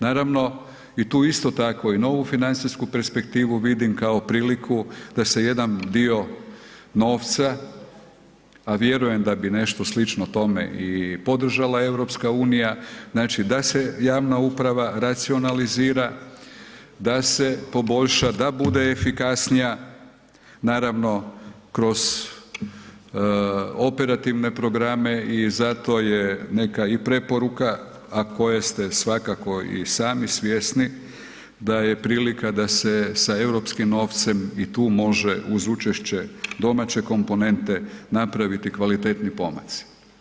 Naravno i tu isto tako i novu financijsku perspektivu vidim kao priliku da se jedan dio novca, a vjerujem da bi nešto slično tome i podržala EU, znači da se javna uprava racionalizira, da se poboljša, da bude efikasnija, naravno kroz operativne programe i zato je neka i preporuka, a koje ste svakako i sami svjesni da je prilika da se sa europskim novcem i tu može uz učešće domaće komponente napraviti kvalitetni pomaci.